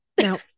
No